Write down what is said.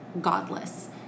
godless